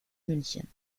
münchen